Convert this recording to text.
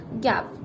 gap